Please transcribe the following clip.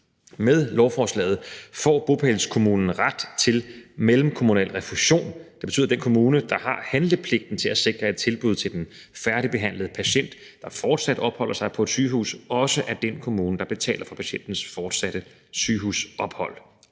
Med lovforslaget får bopælskommunen ret til mellemkommunal refusion. Det betyder, at den kommune, der har handlepligten til at sikre et tilbud til den færdigbehandlede patient, der fortsat opholder sig på et sygehus, også er den kommune, der betaler for patientens fortsatte sygehusophold.